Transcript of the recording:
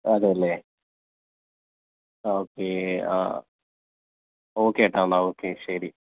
അതെ അല്ലേ ഓക്കെ ആ ഓക്കെ ഏട്ടാ എന്നാൽ ഓക്കെ ശരി